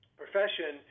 profession